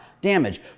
damage